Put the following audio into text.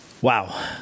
Wow